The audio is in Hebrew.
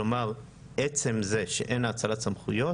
עצם זה שאין האצלת סמכויות,